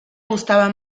gustaba